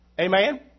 Amen